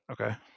Okay